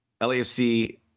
LAFC